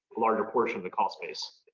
larger portion of the cost base.